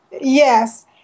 Yes